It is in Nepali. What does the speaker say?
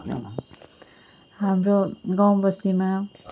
हाम्रो गाउँ बस्तीमा